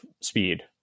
speed